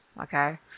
okay